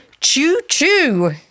choo-choo